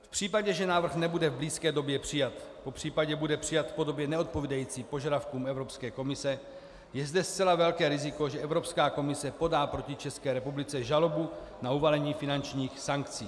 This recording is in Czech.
V případě, že návrh nebude v blízké době přijat, popřípadě bude přijat v podobě neodpovídající požadavkům Evropské komise, je zde zcela velké riziko, že Evropská komise podá proti České republice žalobu na uvalení finančních sankcí.